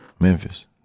Memphis